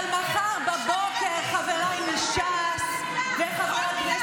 כל מילה שלה שקר, עוד שקר ועוד שקר.